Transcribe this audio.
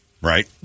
right